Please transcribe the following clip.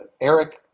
Eric